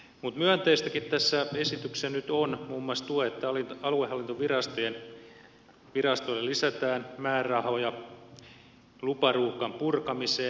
mutta myönteistäkin tässä esityksessä nyt on muun muassa tuo että aluehallintovirastoille lisätään määrärahoja luparuuhkan purkamiseen